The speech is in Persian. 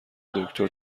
دکتر